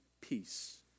Peace